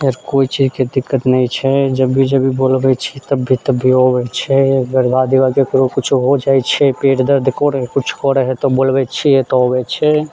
इधर कोइ चीजके दिक्कत नहि छै जब भी जब भी बोलबै छियै तब भी तब भी अबै छै राति बिराति ककरो किछो हो जाइ छै पेट दर्द कुछ करै तऽ बोलबै छियै तऽ अबय छै